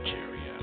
Jerry